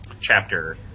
chapter